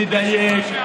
לדייק.